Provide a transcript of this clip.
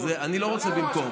הינה, אני לא רוצה במקום.